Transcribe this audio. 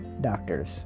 doctors